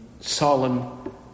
solemn